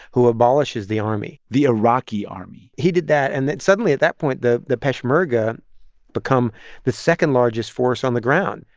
who abolishes the army the iraqi army he did that, and then suddenly, at that point, the the peshmerga become the second largest force on the ground.